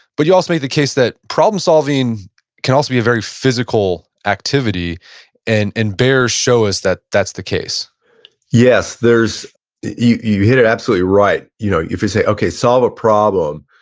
but you also made the case that problem solving can also be a very physical activity and and bears show us that that's the case yes. you you hit it absolutely right. you know if you say, okay, solve a problem,